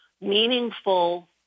meaningful